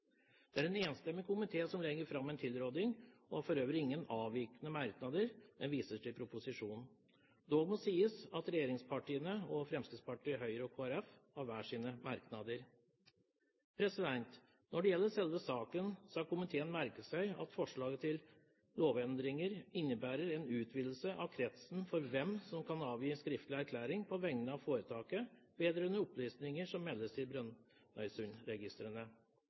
Det er en enstemmig komité som legger fram en tilråding, og som for øvrig ikke har noen avvikende merknader, men viser til proposisjonen. Dog må det sies at regjeringspartiene på den ene siden og Fremskrittspartiet, Høyre og Kristelig Folkeparti på den andre har hver sine merknader. Når det gjelder selve saken, har komiteen merket seg at forslaget til lovendringer innebærer en utvidelse av kretsen for hvem som kan avgi skriftlig erklæring på vegne av foretaket vedrørende opplysninger som meldes